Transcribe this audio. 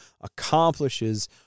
accomplishes